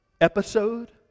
episode